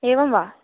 एवं वा